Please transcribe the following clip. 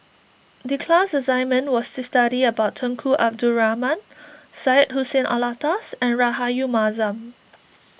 the class assignment was to study about Tunku Abdul Rahman Syed Hussein Alatas and Rahayu Mahzam